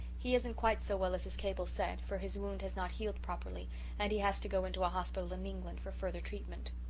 he isn't quite so well as his cable said, for his wound has not healed properly and he has to go into a hospital in england for further treatment.